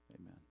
Amen